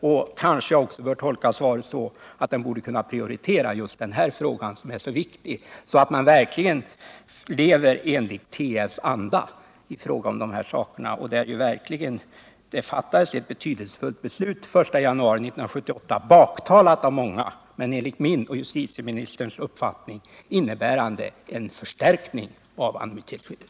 Jag kanske också får tolka svaret så, att den bör prioritera just denna fråga — som är så viktig — så att vi verkligen lever i tryckfrihetsförordningens anda och i enlighet med det verkligt betydelsefulla beslut som gäller från den 1 januari 1978. Beslutet är baktalat av många, men enligt min och justitieministerns uppfattning innebär det en förstärkning av anonymitetsskyddet.